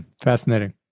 Fascinating